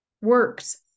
works